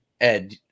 Ed